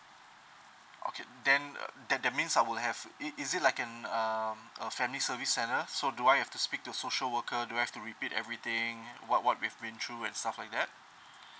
okay then that that means I will have it is it like an um a family service center so do I have to speak to social worker do have to repeat everything what what we've been through and stuff like that